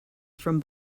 from